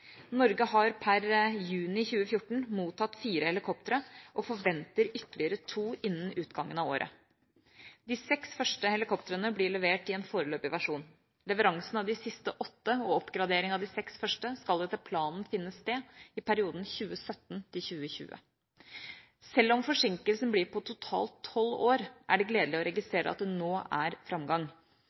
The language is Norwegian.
Norge har per juni 2014 mottatt fire helikoptre og forventer ytterligere to innen utgangen av året. De seks første helikoptrene blir levert i en foreløpig versjon. Leveransen av de siste åtte og oppgradering av de seks første skal etter planen finne sted i perioden 2017–2020. Selv om forsinkelsen blir på totalt tolv år, er det gledelig å registrere at det nå er framgang.